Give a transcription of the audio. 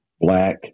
black